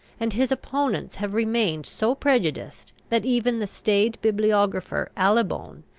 and his opponents have remained so prejudiced that even the staid bibliographer allibone,